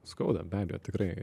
skauda be abejo tikrai